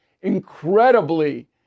incredibly